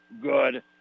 good